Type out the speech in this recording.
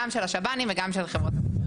גם של השב"נים וגם של חברות הביטוח.